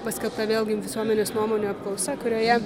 paskelbta vėlgi visuomenės nuomonių apklausa kurioje